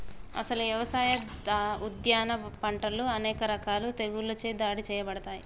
అసలు యవసాయ, ఉద్యాన పంటలు అనేక రకాల తెగుళ్ళచే దాడి సేయబడతాయి